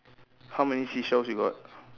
how many seashell you got